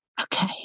Okay